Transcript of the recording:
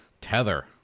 Tether